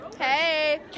Hey